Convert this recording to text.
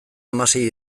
hamasei